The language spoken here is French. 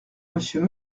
monsieur